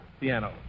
piano